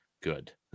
good